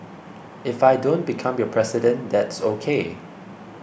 if I don't become your president that's ok